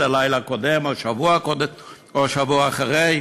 לילה קודם או שבוע קודם או שבוע אחרי,